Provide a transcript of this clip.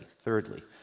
Thirdly